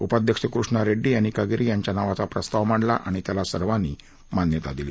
उपाध्यक्ष कृष्णा रेड्डी यांनी कगेरी यांच्या नावाचा प्रस्ताव मांडला त्याला सर्वांनी मान्यता दिली